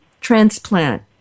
transplant